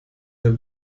der